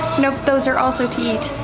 nope, those are also to eat.